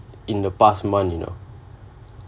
in the past month you know